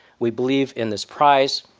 we believe in this prize.